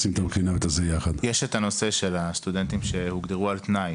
יש הנושא של סטודנטים שהוגדרו "על תנאי".